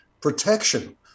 protection